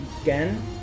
again